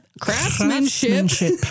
Craftsmanship